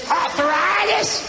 arthritis